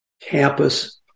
campus